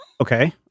Okay